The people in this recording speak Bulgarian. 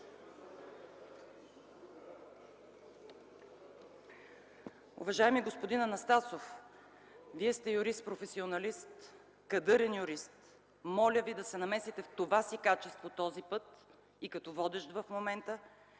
Уважаеми господин Анастасов, Вие сте юрист – професионалист, кадърен юрист. Моля Ви да се намесите в това си качество този път и като водещ в момента